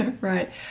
right